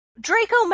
draco